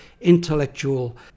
intellectual